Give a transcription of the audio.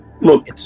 look